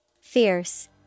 Fierce